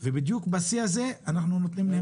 ובדיוק בשיא הזה יש פגיעה.